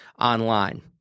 online